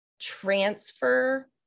transfer